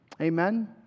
Amen